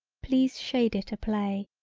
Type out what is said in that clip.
please shade it a play.